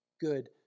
good